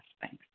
thanks